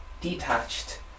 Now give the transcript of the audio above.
detached